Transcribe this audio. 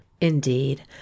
indeed